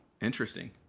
Interesting